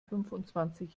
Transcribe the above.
fünfundzwanzig